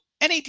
NAD